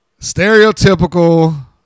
stereotypical